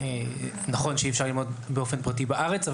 זה נכון שאי אפשר ללמוד באופן פרטי בארץ.